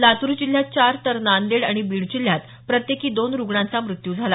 लातूर जिल्ह्यात चार तर नांदेड आणि बीड जिल्ह्यात प्रत्येकी दोन रुग्णांचा मृत्यू झाला